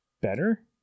better